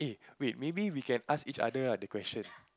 wait maybe we can ask each other ah the question